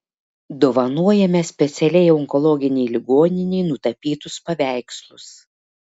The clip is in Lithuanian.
dovanojame specialiai onkologinei ligoninei nutapytus paveikslus